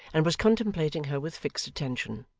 and was contemplating her with fixed attention.